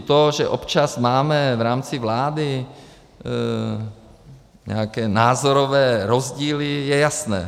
To, že občas máme v rámci vlády nějaké názorové rozdíly, je jasné.